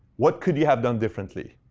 what could you have done differently?